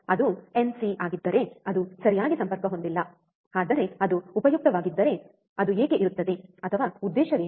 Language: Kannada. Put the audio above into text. ಅದು ಎನ್ಸಿ ಆಗಿದ್ದರೆ ಅದು ಸರಿಯಾಗಿ ಸಂಪರ್ಕ ಹೊಂದಿಲ್ಲ ಆದರೆ ಅದು ಉಪಯುಕ್ತವಾಗಿದ್ದರೆ ಅದು ಏಕೆ ಇರುತ್ತದೆ ಅಥವಾ ಉದ್ದೇಶವೇನು